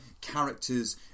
characters